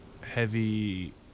heavy